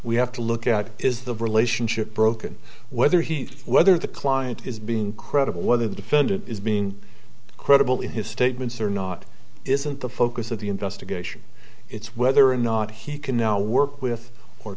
we have to look at is the relationship broken whether he whether the client is being credible whether the defendant is being credible in his statements or not isn't the focus of the investigation it's whether or not he can now work with or